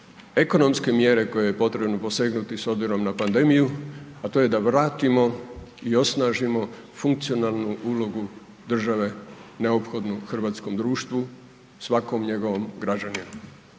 ekonomske mjere koje je potrebno posegnuti s obzirom na pandemiju, la to je da vratimo i osnažimo funkcionalnu ulogu države neophodnu hrvatskom društvu, svakom njegovom građaninu,